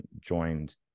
Joined